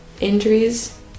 injuries